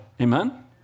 Amen